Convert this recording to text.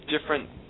different